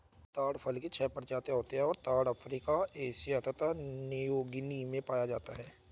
ताड़ फल की छह प्रजातियाँ होती हैं और ताड़ अफ्रीका एशिया तथा न्यूगीनी में पाया जाता है